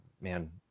man